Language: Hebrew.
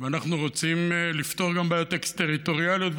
ואנחנו רוצים לפתור גם בעיות אקס-טריטוריאליות.